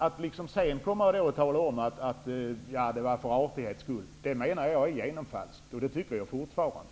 Att sedan säga att man betedde sig på ett visst sätt för artighetens skull har jag menat var genomfalskt, och det tycker jag fortfarande.